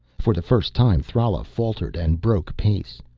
for the first time thrala faltered and broke pace.